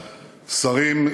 שרים,